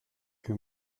que